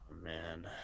Man